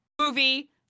movie